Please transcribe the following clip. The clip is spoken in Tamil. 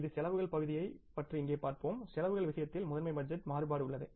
இது செலவுகள் பகுதியைப் பற்றி இங்கே பார்ப்போம் செலவுகள் விஷயத்தில் முதன்மை பட்ஜெட் மாறுபாடு உள்ளது